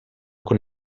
con